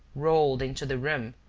rolled into the room,